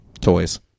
toys